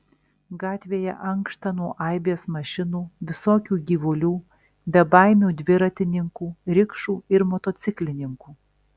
gatvėje ankšta nuo aibės mašinų visokių gyvulių bebaimių dviratininkų rikšų ir motociklininkų